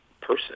person